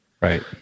Right